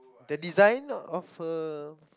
the design of a